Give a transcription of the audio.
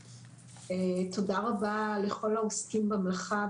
תודה רבה לכל העוסקים במלאכה,